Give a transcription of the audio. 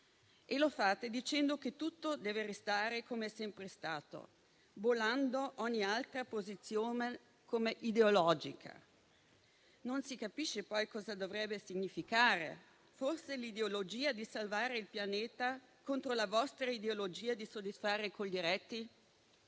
e lo fate dicendo che tutto deve restare com'è sempre stato, bollando ogni altra posizione come ideologica. Non si capisce poi cosa dovrebbe significare: forse l'ideologia di salvare il pianeta contro la vostra ideologia di soddisfare Coldiretti?